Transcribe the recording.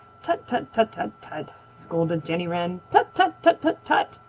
tut, tut, tut, tut, tut! scolded jenny wren. tut, tut, tut, tut, tut!